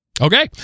Okay